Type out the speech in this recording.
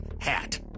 hat